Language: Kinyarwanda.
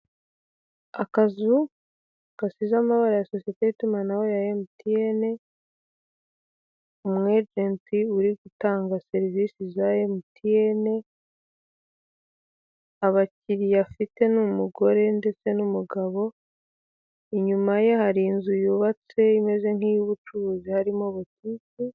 Akazu gasize amabara ya sosiyete y’ itumanaho ya MTN umu agent uri gutanga serivisi za MTN abakiriya afite n’ umugore ndetse n'umugabo, inyumaye hari inzu yubatse imeze nk'iy'ubucuruzi harimo butike.